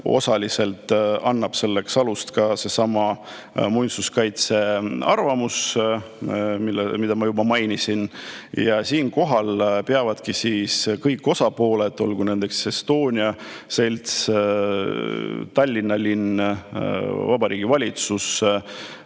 osaliselt annab selleks alust ka seesama muinsuskaitse arvamus, mida ma juba mainisin. Ja siinkohal peavadki kõik osapooled – Estonia Selts, Tallinna linn ja Vabariigi Valitsus